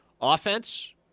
Offense